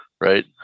right